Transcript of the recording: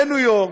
בניו יורק,